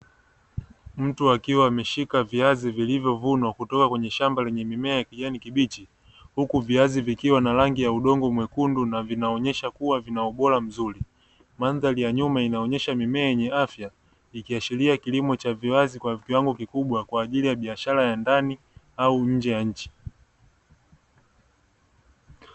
Mtu akiwa ameshika viazi vilivyo vunwa kutoka kwenye shamba lenye mimea ya kijani kibichi, uku viazi vikiwa na rangi ya udongo mwekundu na vinaonesha kua vina ubora mzuri, mandhari ya nyuma ina onesha mimea yenye afya iki ashilia kilimo cha viazi kwa kiwango kikubwa kwa ajili ya biashara ya ndani au nje ya nchi.